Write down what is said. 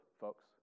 folks